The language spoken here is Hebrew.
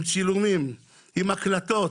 עם צילומים, הקלטות